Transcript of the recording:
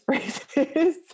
phrases